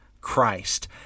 Christ